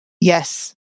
Yes